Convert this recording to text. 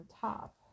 top